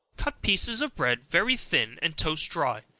cut slices of bread very thin, and toast dry,